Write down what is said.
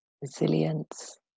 resilience